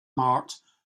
marked